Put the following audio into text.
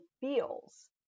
feels